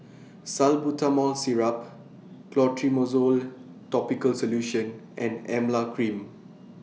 Salbutamol Syrup Clotrimozole Topical Solution and Emla Cream